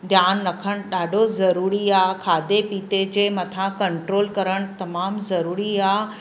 ध्यानु रखणु ॾाढो ज़रूरी आहे खाधे पीते जे मथां कंट्रोल करणु तमामु ज़रूरी आहे